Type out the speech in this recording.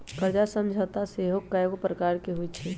कर्जा समझौता सेहो कयगो प्रकार के होइ छइ